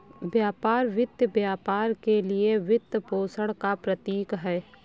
व्यापार वित्त व्यापार के लिए वित्तपोषण का प्रतीक है